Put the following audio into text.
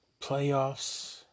playoffs